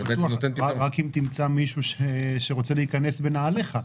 רק אם תמצא מישהו שרוצה להיכנס בנעליך.